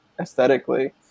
aesthetically